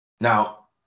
Now